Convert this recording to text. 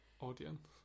audience